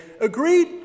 agreed